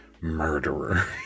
murderer